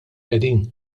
qegħdin